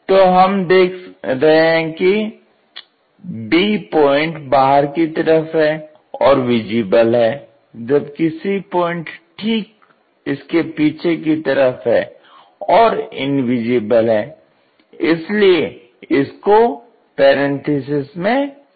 तो यहां हम देख रहे हैं कि b पॉइंट बाहर की तरफ है और विजिबल है जबकि c पॉइंट ठीक इसके पीछे की तरफ है और इनविजिबल है इसलिए इसको पैरेंथेसिस में लिखा गया है